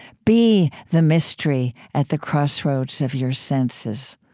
be the mystery at the crossroads of your senses,